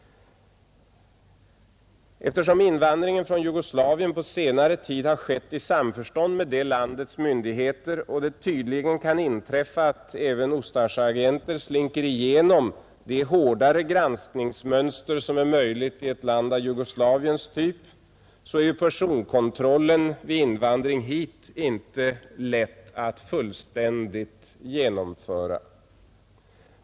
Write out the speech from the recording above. Eftersom invandringen från Jugoslavien på senare tid har skett i samförstånd med det landets myndigheter och det tydligen kan inträffa att även Ustasjaagenter slinker igenom det hårdare granskningsmönster som är möjligt i ett land av Jugoslaviens typ, är personkontrollen vid invandring inte lätt att fullständigt genomföra.